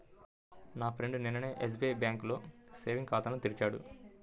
నా ఫ్రెండు నిన్ననే ఎస్బిఐ బ్యేంకులో సేవింగ్స్ ఖాతాను తెరిచాడు